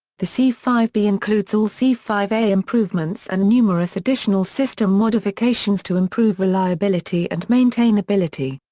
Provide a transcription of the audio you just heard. the c five b includes all c five a improvements and numerous additional system modifications to improve reliability and maintainability.